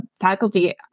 faculty